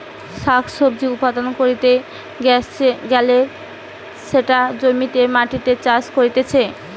শাক সবজি উৎপাদন ক্যরতে গ্যালে সেটা জমির মাটিতে চাষ করতিছে